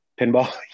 pinball